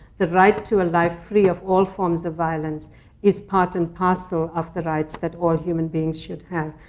the right to a life free of all forms of violence is part and parcel of the rights that all human beings should have,